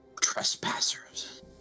trespassers